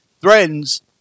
threatens